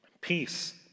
Peace